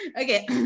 Okay